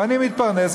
ואני מתפרנס,